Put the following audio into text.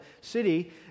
city